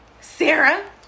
Sarah